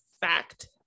fact